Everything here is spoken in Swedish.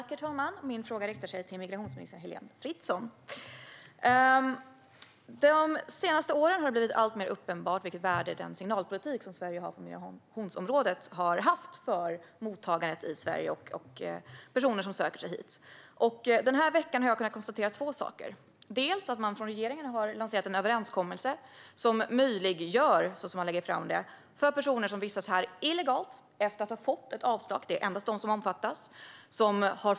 Herr talman! Min fråga riktar sig till migrationsminister Heléne Fritzon. De senaste åren har det blivit alltmer uppenbart vilket värde den signalpolitik som Sverige har på migrationsområdet har haft för mottagandet i Sverige och personer som söker sig hit. Den här veckan har jag kunnat konstatera två saker. Regeringen har lanserat en överenskommelse som möjliggör - så lägger man fram det - för personer som vistas här illegalt efter att ha fått ett avslag att få stanna i Sverige trots att de saknar skyddsbehov.